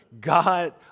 God